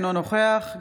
אינו נוכח ינון אזולאי,